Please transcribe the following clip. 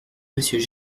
monsieur